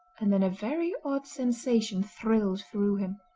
and then a very odd sensation thrilled through him.